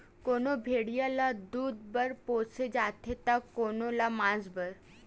कोनो भेड़िया ल दूद बर पोसे जाथे त कोनो ल मांस बर